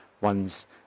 one's